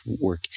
work